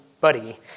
buddy